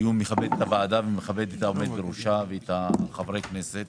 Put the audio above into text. דיון שיכבד את הוועדה ואת העומד בראשה ואת חברי הכנסת.